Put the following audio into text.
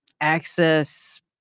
access